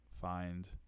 find